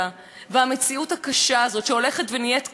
שהולכת ונהיית קשה ומפלה יותר,